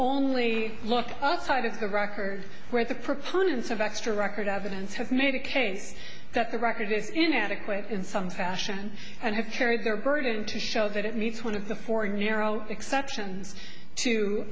only look outside of the record where the proponents of extra record evidence have made a case that the record is inadequate in some fashion and have carried their burden to show that it meets one of the four narrow exceptions to